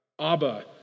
Abba